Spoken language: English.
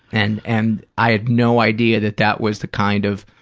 and and i had no idea that that was the kind of,